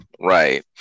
Right